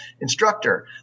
instructor